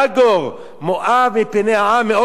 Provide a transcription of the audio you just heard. לכן, כתוב: "ויגר מואב מפני העם מאד כי רב הוא".